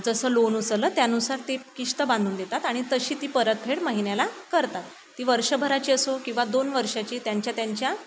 जसं लोन उचललं त्यानुसार ते किश्त बांधून देतात आणि तशी ती परतफेड महिन्याला करतात ती वर्षभराची असो किंवा दोन वर्षांची त्यांच्या त्यांच्या